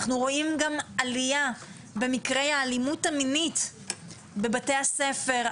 אנחנו רואים גם עליה במקרי האלימות המינית בבתי הספר,